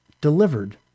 delivered